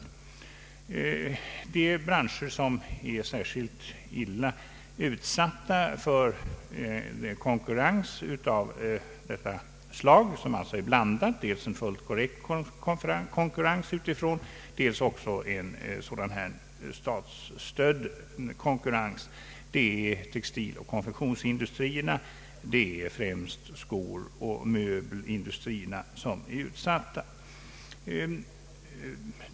De branscher som är särskilt illa utsatta för konkurrens av detta slag, som alltså är blandad — dels en fullt korrekt konkurrens, dels också en statsstödd konkurrens — är textiloch konfektionsindustrierna samt skooch möbelindustrierna.